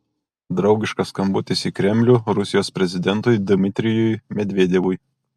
draugiškas skambutis į kremlių rusijos prezidentui dmitrijui medvedevui